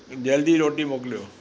जल्दी रोटी मोकिलियो